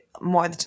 more